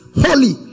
holy